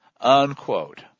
unquote